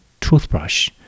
toothbrush